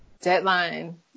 deadline